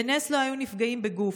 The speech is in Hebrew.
בנס לא היו נפגעים בגוף,